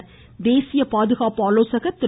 இதில் தேசிய பாதுகாப்பு ஆலோசகர் திரு